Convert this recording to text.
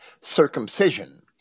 circumcision